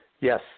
Yes